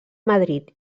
madrid